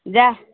ଯା